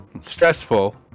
Stressful